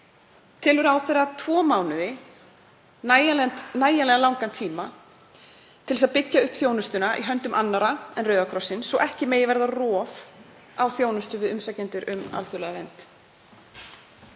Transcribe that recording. Telur ráðherra tvo mánuði nægjanlega langan tíma til þess að byggja upp þjónustuna í höndum annarra en Rauða krossins svo ekki verði rof á þjónustu við umsækjendur um alþjóðlega vernd?